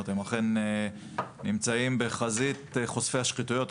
הם אכן נמצאים בחזית חושפי השחיתויות.